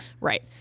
Right